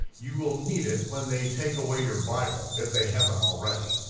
you will need it when they take away your bible if they haven't already.